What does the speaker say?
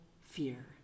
fear